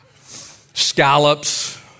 scallops